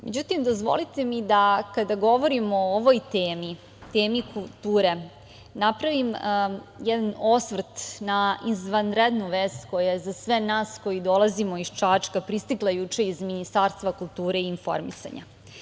Međutim, dozvolite mi da, kada govorimo o ovoj temi, temi kulture, napravim jedan osvrt na izvanrednu vest koja je za sve nas koji dolazimo iz Čačka pristigla juče iz Ministarstva kulture i informisanja.